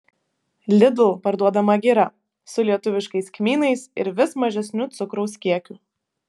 lidl parduodama gira su lietuviškais kmynais ir vis mažesniu cukraus kiekiu